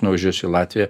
nuvažiuosiu į latviją